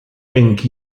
ink